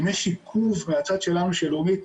אם יש עיכוב מהצד שלנו של לאומית